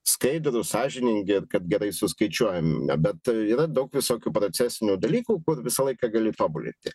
skaidrūs sąžiningi ir kad gerai suskaičiuojami na bet yra daug visokių procesinių dalykų kur visą laiką gali tobulinti